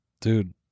Dude